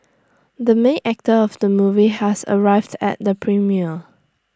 the main actor of the movie has arrived at the premiere